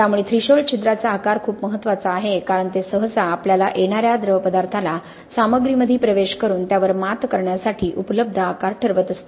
त्यामुळे थ्रेशोल्ड छिद्राचा आकार खूप महत्त्वाचा आहे कारण ते सहसा आपल्याला येणार्या द्रवपदार्थाला सामग्रीमध्ये प्रवेश करून त्यावर मात करण्यासाठी उपलब्ध आकार ठरवत असते